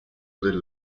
del